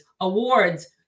awards